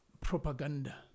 propaganda